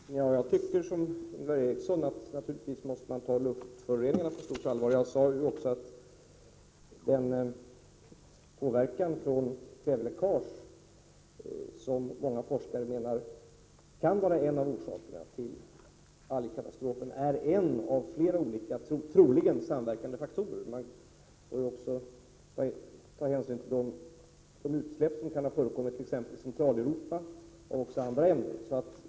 Herr talman! Jag tycker som Ingvar Eriksson att vi naturligtvis måste ta luftföroreningarna på stort allvar. Den påverkan från kväveläckage som många forskare menar kan vara en av orsakerna till algkatastrofen är en av troligen flera samverkande faktorer. Vi måste också räkna med de utsläpp som kan ha förekommit i Centraleuropa och även utsläpp av andra ämnen än kväve.